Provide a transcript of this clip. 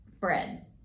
bread